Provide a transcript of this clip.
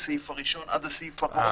מהסעיף הראשון עד הסעיף האחרון.